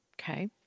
Okay